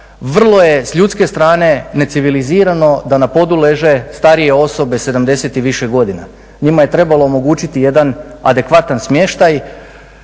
vrlo je s ljudske strane necivilizirano da na podu leže starije osobe 70 i više godina. Njima je trebalo omogućiti jedan adekvatan smještaj